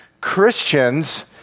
Christians